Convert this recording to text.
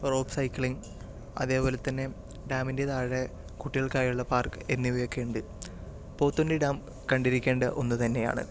rock cycling അതേപോലെത്തന്നെ ഡാമിൻ്റെ താഴെ കുട്ടികൾക്കായുള്ള പാർക്ക് എന്നിവയൊക്കെ ഉണ്ട് പോത്തുണ്ടി ഡാം കണ്ടിരിക്കേണ്ട ഒന്നു തന്നെയാണ്